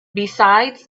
besides